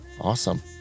Awesome